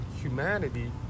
humanity